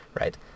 Right